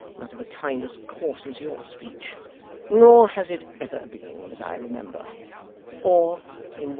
not of a kind as coarse as your speech nor has it ever been, that i remember or,